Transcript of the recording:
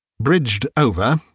bridged over,